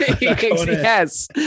Yes